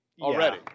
already